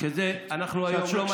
שאנחנו היום לא מצביעים,